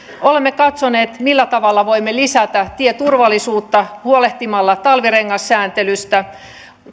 olemme katsoneet millä tavalla voimme lisätä tieturvallisuutta huolehtimalla talvirengassääntelystä